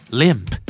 limp